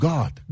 God